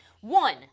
One